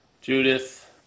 Judith